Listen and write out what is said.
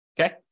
Okay